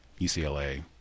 ucla